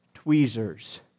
tweezers